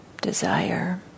desire